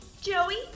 Joey